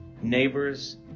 neighbors